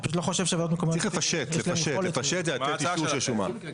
צריך לפשט את השומה.